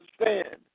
understand